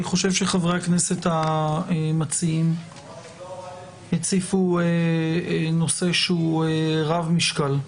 אני חושב שחברי הכנסת המציעים הציפו נושא שהוא רב משקל.